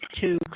two